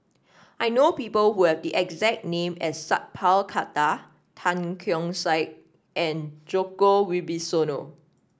I know people who have the exact name as Sat Pal Khattar Tan Keong Saik and Djoko Wibisono